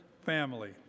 family